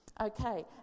okay